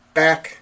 back